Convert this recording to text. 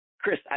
Chris